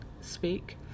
speak